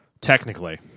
technically